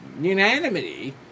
unanimity